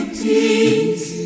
peace